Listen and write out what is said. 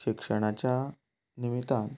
शिक्षणाच्या निमितान